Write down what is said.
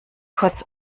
kurz